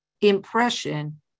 impression